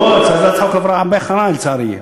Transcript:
הצעת החוק עברה הרבה אחרי, לצערי.